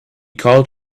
called